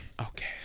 Okay